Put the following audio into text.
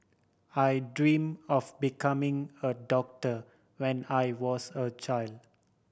I dreamt of becoming a doctor when I was a child